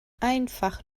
einfach